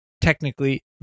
technically